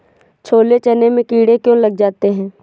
छोले चने में कीड़े क्यो लग जाते हैं?